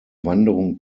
wanderung